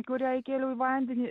kurią įkėliau į vandenį